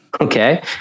okay